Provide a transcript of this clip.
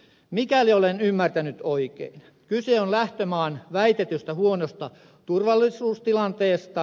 mikäli olen ymmärtänyt oikein kyse on lähtömaan väitetystä huonosta turvallisuustilanteesta